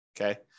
okay